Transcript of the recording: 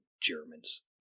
Germans